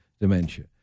dementia